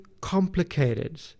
complicated